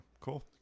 cool